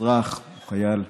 אזרח או חייל.